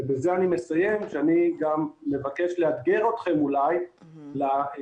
אני מסיים בזה שאני מבקש לאתגר אתכם אולי להמשך,